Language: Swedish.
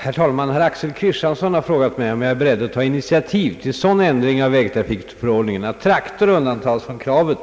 Herr Axel Kristiansson har frågat mig om jag är beredd ta initiativ till sådan ändring av vägtrafikförordningen att traktor undantas från kravet